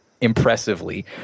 impressively